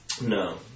No